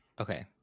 okay